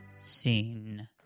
scene